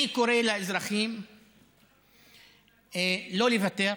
אני קורא לאזרחים לא לוותר,